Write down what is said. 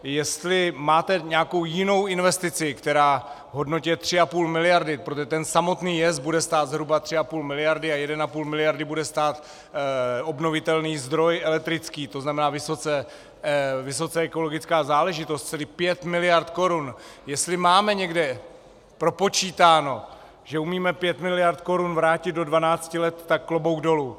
Jestli máte nějakou jinou investici, která v hodnotě 3,5 miliardy, protože ten samotný jez bude stát zhruba 3,5 miliardy a 1,5 miliardy bude stát obnovitelný zdroj elektrický, to znamená vysoce ekologická záležitost, tedy 5 miliard korun, jestli máme někde propočítáno, že umíme 5 miliard korun vrátit do 12 let, tak klobouk dolů.